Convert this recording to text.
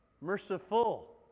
merciful